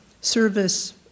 service